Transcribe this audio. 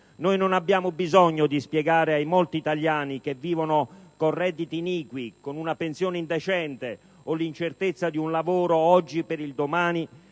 Non abbiamo bisogno di spiegare ai molti italiani che vivono con redditi iniqui, con una pensione indecente o l'incertezza di un lavoro oggi per il domani,